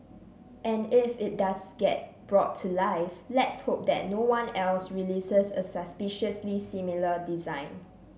and if it does get brought to life let's hope that no one else releases a suspiciously similar design